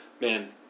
man